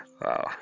Wow